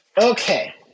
Okay